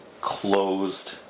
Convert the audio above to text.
closed